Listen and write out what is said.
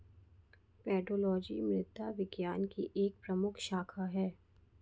pedology मृदा विज्ञान की एक प्रमुख शाखा है